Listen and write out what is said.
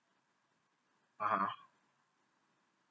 (uh huh)